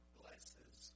blesses